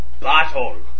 battle